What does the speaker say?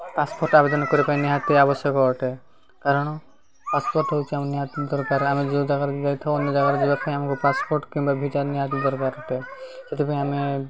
passport ଆବେଦନ କରିବା ପାଇଁ ନିହାତି ଆବଶ୍ୟକ ଅଟେ କାରଣ ପାସପୋର୍ଟ ହେଉଛି ଆମ ନିହାତି ଦରକାର ଆମେ ଯେଉଁ ଜାଗାକୁ ଯାଇଥାଉ ଅନ୍ୟ ଜାଗାରେ ଯିବା ପାଇଁ ଆମକୁ ପାସପୋର୍ଟ କିମ୍ବା ଭିଜାର ନିହାତି ଦରକାର ଅଟେ ସେଥିପାଇଁ ଆମେ